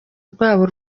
rwabo